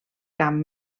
camp